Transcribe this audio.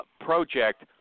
project